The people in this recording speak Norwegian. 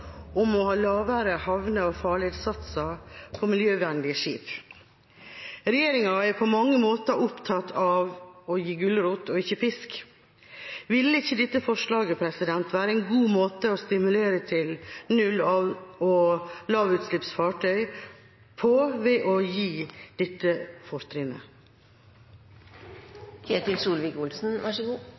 om å ha lavere havne- og farledssatser for miljøvennlige skip. Regjeringa er på mange måter opptatt av å bruke gulrot og ikke pisk. Ville ikke dette forslaget være en god måte å stimulere til null- og lavutslippsfartøy på, ved å gi dette fortrinnet? Jeg er enig i at det å redusere avgifter er en god